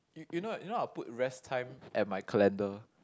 you you know you know I'll put rest time at my calendar